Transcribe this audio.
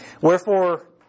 Wherefore